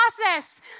process